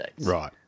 Right